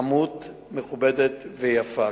מספר מכובד ויפה.